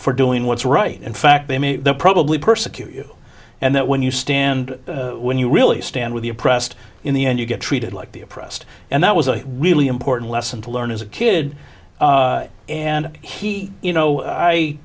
for doing what's right in fact they may probably persecute you and that when you stand when you really stand with the oppressed in the end you get treated like the oppressed and that was a really important lesson to learn as a kid and he you know i